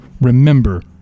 remember